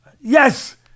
Yes